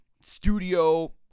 Studio